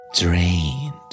Drained